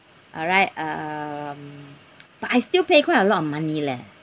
alright um but I still pay quite a lot of money leh